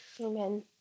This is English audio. Amen